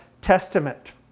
Testament